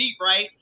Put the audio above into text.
right